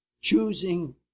choosing